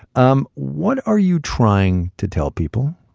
um what are you trying to tell people?